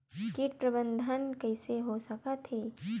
कीट प्रबंधन कइसे हो सकथे?